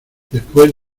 después